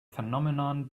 phenomenon